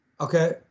Okay